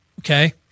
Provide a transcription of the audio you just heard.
Okay